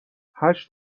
هشت